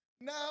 now